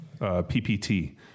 PPT